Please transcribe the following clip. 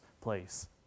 place